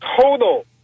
total